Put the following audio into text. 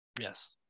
Yes